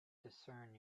discern